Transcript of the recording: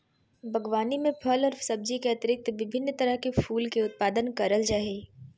बागवानी में फल और सब्जी के अतिरिक्त विभिन्न तरह के फूल के उत्पादन करल जा हइ